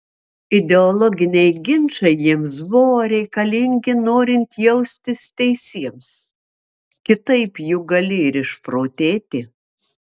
ideologiniai ginčai jiems buvo reikalingi norint jaustis teisiems kitaip juk gali ir išprotėti